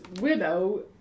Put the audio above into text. widow